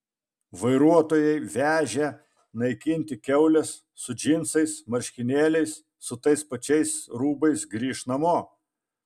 vairuotojai vežę naikinti kiaules su džinsais marškinėliais su tais pačiais rūbais grįš namo